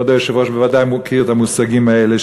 כבוד היושב-ראש בוודאי מכיר את המושגים האלה,